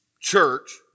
church